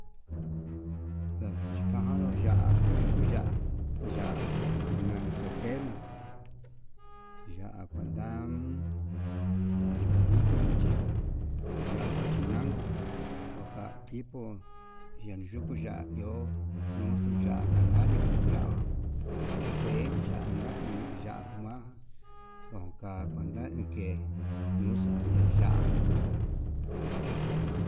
Nadikanuu ya'á nuu nduku ya'á, ya'á nani soltero ya'á kuanda arbolito luchi, ya'á huachinanco oka'a tipo, ye yuku ya'á iho nuxuya kaña'a ahi ya kue yanka uni ya'a kuan ndoka kuenta ike'e ñuxu hi ya'a.